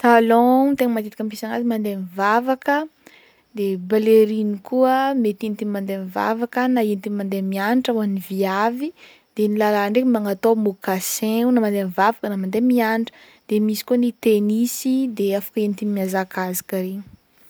Talon tegna matetiky ampiasagna azy mandeha mivavaka de ballerine koa mety ihentigny mandeha mivavaka na ihentigny mandeha mianatra ho an'ny viavy de ny lalahy ndraiky magnatao mocassin o na mandeha mivavaka na mandeha mianatra de misy koa ny tennis de afaka ihentigny mihazakazaka regny.